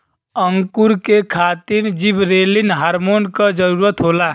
अंकुरण के खातिर जिबरेलिन हार्मोन क जरूरत होला